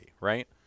right